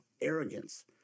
arrogance